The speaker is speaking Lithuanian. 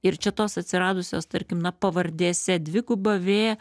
ir čia tos atsiradusios tarkim na pavardėse dviguba v